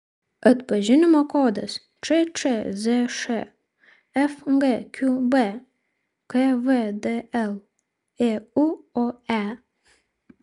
atpažinimo kodas ččzš fgqb kvdl ėuoe